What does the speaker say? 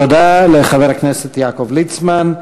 תודה לחבר הכנסת יעקב ליצמן.